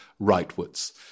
rightwards